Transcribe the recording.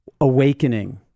awakening